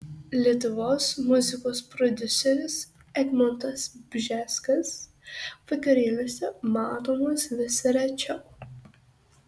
lietuvos muzikos prodiuseris egmontas bžeskas vakarėliuose matomas vis rečiau